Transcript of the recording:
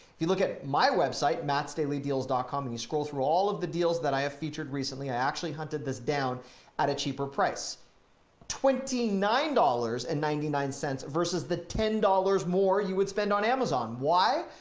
you look at my website, mattsdailydeals dot com and you scroll through all of the deals that i have featured recently i actually hunted this down at a cheaper price twenty nine dollars and ninety nine cents versus the ten dollars more you would spend on amazon. why?